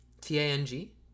T-A-N-G